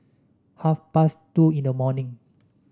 half past two in the morning